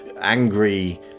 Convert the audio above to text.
angry